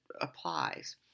applies